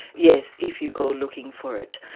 yes, if you go looking for it.